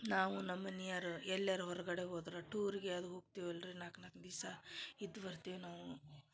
ನಾವು ನಮ್ಮ ಮನೆಯಯರು ಎಲ್ಯರ ಹೊರಗಡೆ ಹೋದ್ರ ಟೂರ್ಗೆ ಅದು ಹೋಗ್ತಿವಲ್ಲ ರೀ ಅದು ನಾಲ್ಕು ನಾಲ್ಕು ದಿವಸ ಇದ್ದು ಬರ್ತೀವ ನಾವು